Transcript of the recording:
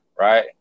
right